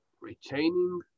retaining